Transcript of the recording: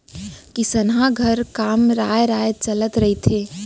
किसनहा घर काम राँय राँय चलत रहिथे